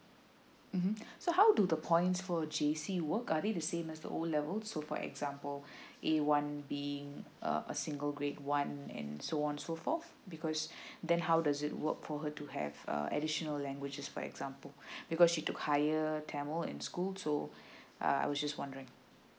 mmhmm so how do the points for J_C work are they the same as the O level so for example A one being a single grade one and so on so forth because then how does it work for her to have a additional languages for example because she to hire a tamil in school so uh I was just wondering